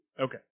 Okay